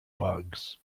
bugs